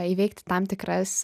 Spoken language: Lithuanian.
įveikti tam tikras